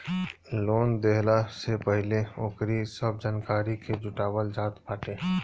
loan देहला से पहिले ओकरी सब जानकारी के जुटावल जात बाटे